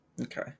Okay